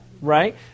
Right